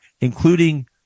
including